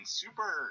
super